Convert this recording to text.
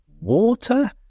water